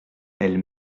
elle